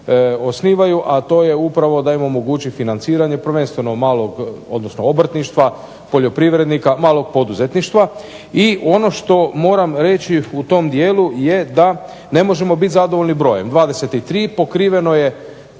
osnivaju, a to je da im omogući financiranje, prvenstveno malog odnosno obrtništva, poljoprivrednika, malog poduzetništva. I ono što moram reći u tom dijelu je da ne možemo biti zadovoljni brojem. 23 pokriveno je